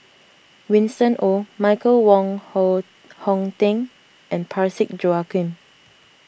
Winston Oh Michael Wong Hon Hong Teng and Parsick Joaquim